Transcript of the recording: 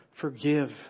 forgive